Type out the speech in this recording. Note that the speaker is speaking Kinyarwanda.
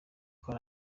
hari